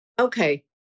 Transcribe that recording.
Okay